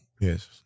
Yes